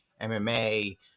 MMA